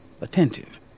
attentive